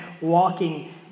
walking